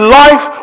life